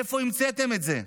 מאיפה המצאתם את זה?